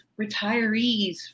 retirees